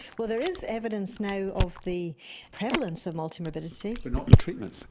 well, there is evidence now of the prevalence of multi-morbidity. but not the treatment.